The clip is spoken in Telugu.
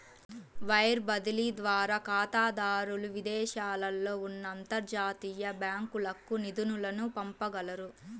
వైర్ బదిలీ ద్వారా ఖాతాదారులు విదేశాలలో ఉన్న అంతర్జాతీయ బ్యాంకులకు నిధులను పంపగలరు